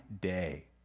day